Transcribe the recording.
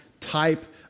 type